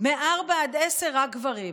16:00 22:00 רק גברים.